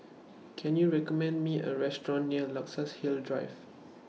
Can YOU recommend Me A Restaurant near Luxus Hill Drive